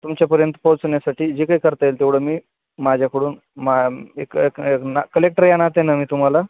तुमच्यापर्यंत पोचवण्यासाठी जे काय करता येईल तेवढं मी माझ्याकडून मा एक ना कलेक्टर या नात्यानं मी तुम्हाला